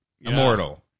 immortal